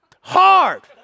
hard